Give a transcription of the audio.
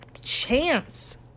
chance